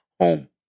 home